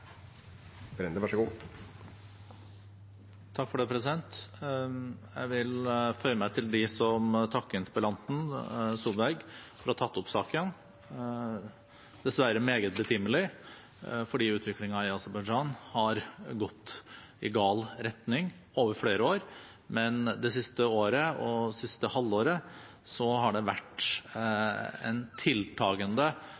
takker interpellanten, Tvedt Solberg, for å ha tatt opp saken. Det er dessverre meget betimelig, for utviklingen i Aserbajdsjan har gått i gal retning over flere år, men det siste året og det siste halvåret har det vært en tiltagende